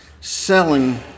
Selling